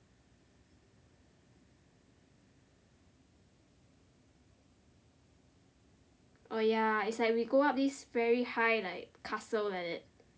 oh ya it's like we go up this very high like castle like that